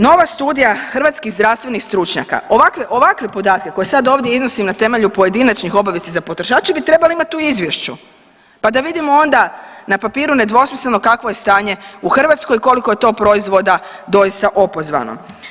Nova studija hrvatskih zdravstvenih stručnjaka ovakve, ovakve podatke koje sad iznosim na temelju pojedinačnih obavijesti za potrošače bi trebali imati u izvješću, pa da vidimo na papiru nedvosmisleno kakvo je stanje u Hrvatskoj, koliko je to proizvoda doista opozvano.